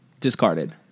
discarded